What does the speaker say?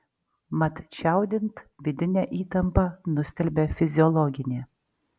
mat čiaudint vidinę įtampą nustelbia fiziologinė